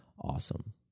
awesome